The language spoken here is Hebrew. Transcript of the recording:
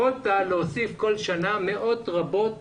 יכולת להוסיף כל שנה מאות רבות